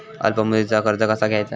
अल्प मुदतीचा कर्ज कसा घ्यायचा?